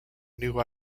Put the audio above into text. new